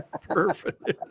Perfect